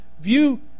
view